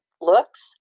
looks